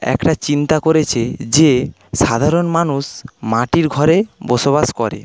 একটা চিন্তা করেছে যে সাধারণ মানুষ মাটির ঘরে বসবাস করে